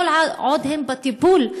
כל עוד הם בטיפול,